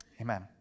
amen